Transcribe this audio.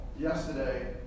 Yesterday